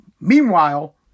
Meanwhile